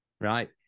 right